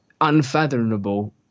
unfathomable